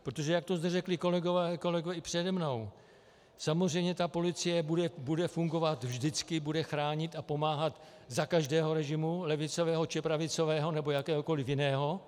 Protože jak to zde řekli kolegové i přede mnou, samozřejmě ta policie bude fungovat, vždycky bude chránit a pomáhat za každého režimu, levicového či pravicového nebo jakéhokoli jiného.